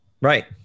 Right